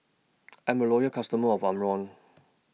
I'm A Loyal customer of Omron